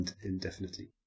indefinitely